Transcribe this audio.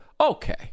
okay